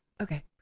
Okay